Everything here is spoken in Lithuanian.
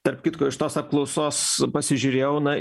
tarp kitko iš tos apklausos pasižiūrėjau na